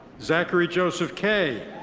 zachary joseph kay.